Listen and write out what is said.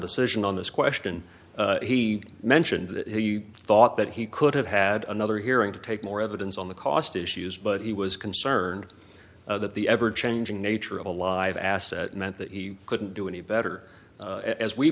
decision on this question he mentioned that he thought that he could have had another hearing to take more evidence on the cost issues but he was concerned that the ever changing nature of a live asset meant that he couldn't do any better as we